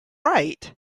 right